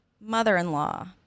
mother-in-law